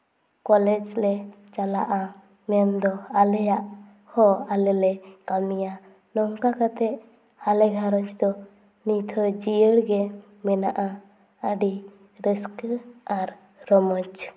college ᱞᱮ ᱪᱟᱞᱟᱜᱼᱟ ᱢᱮᱱᱫᱚ ᱟᱞᱮᱭᱟᱜ ᱦᱚᱸ ᱟᱞᱮ ᱞᱮ ᱠᱟᱹᱢᱤᱭᱟ ᱱᱚᱝᱠᱟ ᱠᱟᱛᱮᱜ ᱟᱞᱮ ᱜᱷᱟᱨᱚᱸᱡᱽ ᱫᱚ ᱱᱤᱛ ᱦᱚᱸ ᱡᱤᱭᱟᱹᱲ ᱜᱮ ᱢᱮᱱᱟᱜᱼᱟ ᱟᱹᱰᱤ ᱨᱟᱹᱥᱠᱟᱹ ᱟᱨ ᱨᱚᱢᱚᱡᱽ